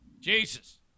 Jesus